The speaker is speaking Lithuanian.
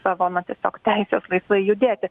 savo na tiesiog teisės laisvai judėti